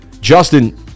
Justin